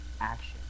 action